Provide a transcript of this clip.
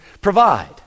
provide